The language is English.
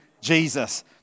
Jesus